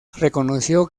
reconoció